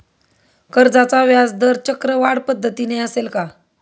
कर्जाचा व्याजदर चक्रवाढ पद्धतीने असेल का?